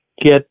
get